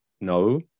No